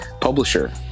publisher